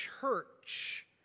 church